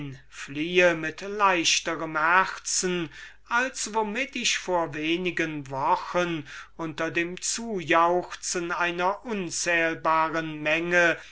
mit leichterm herzen als womit ich vor wenigen wochen unter dem zujauchzen einer unzählbaren menge